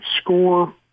score